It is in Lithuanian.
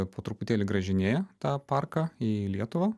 po truputėlį grąžinėja tą parką į lietuvą